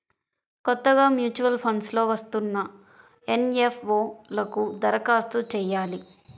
కొత్తగా mutual funds లో వస్తున్న ఎన్.ఎఫ్.ఓ లకు దరఖాస్తు చెయ్యాలి